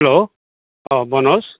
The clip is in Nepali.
हेलो अँ भन्नुहोस्